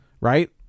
right